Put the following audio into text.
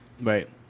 right